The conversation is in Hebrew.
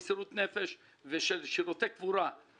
במסירות נפש ושל שירותי קבורה שלא ניתנים.